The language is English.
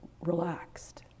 relaxed